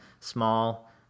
small